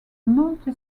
multi